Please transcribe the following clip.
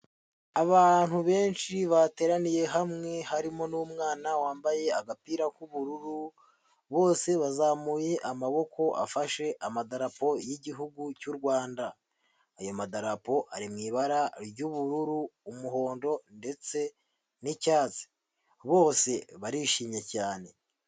Abantu benshi bateraniye hamwe harimo n'umwana wambaye agapira k'ubururu, bose bazamuye amaboko afashe amadarapo y'igihugu cy'u Rwanda, ayo madarapo ari mu ibara ry'ubururu, umuhondo ndetse n'icyatsi bose, barishimye cyane.